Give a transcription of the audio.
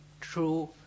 true